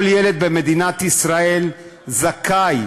כל ילד במדינת ישראל זכאי